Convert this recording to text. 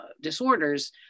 disorders